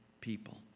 people